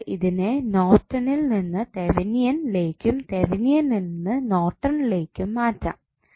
എന്നിട്ട് ഇതിനെ നോർട്ടണ്ണിൽ നിന്ന് തെവനിയൻ ലേക്കും തെവനിയനിൽ നിന്ന് നോർട്ടണ്ണിലേക്കും മാറ്റാം